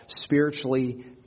spiritually